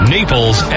Naples